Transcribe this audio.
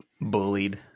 bullied